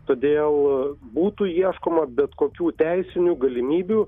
todėl būtų ieškoma bet kokių teisinių galimybių